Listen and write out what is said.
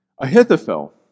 Ahithophel